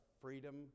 freedom